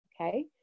Okay